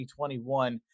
2021